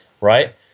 Right